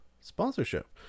sponsorship